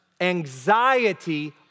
anxiety